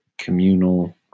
communal